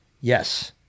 Yes